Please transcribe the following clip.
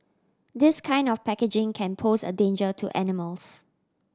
this kind of packaging can pose a danger to animals